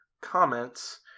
comments